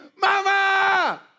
mama